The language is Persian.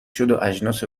شدواجناس